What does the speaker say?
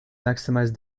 maximize